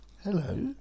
hello